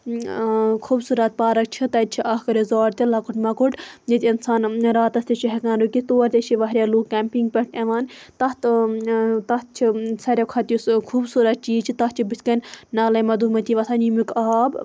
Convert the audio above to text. خوٗبصوٗرت پارَک چھِ تَتہِ چھِ اکھ رِزوٹ تہِ لۄکُٹ مۄکُٹ ییٚتہِ اِنسان راتَس تہِ چھُ ہیٚکان رُکِتھ تور تہِ چھِ واریاہ لُکھ کیمپِنٛگ پیٹھ یِوان تتھ تتھ چھِ ساروی کھۄتہٕ یُس خوٗبصوٗرت چیٖز چھُ تَتھ چھِ بٕتھۍ کَن نالہ مَدھو متی وَسان یمیُک آب